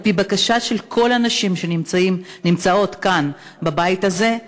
על-פי בקשה של כל הנשים שנמצאות כאן בבית הזה,